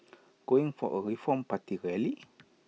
going for A reform party rally